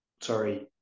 Sorry